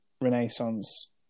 Renaissance